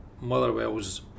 Motherwell's